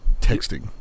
texting